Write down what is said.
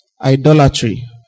Idolatry